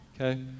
Okay